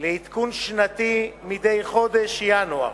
לעדכון שנתי מדי חודש ינואר,